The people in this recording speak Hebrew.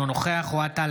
אינו נוכח אוהד טל,